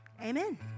Amen